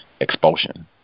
expulsion